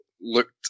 looked